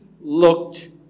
looked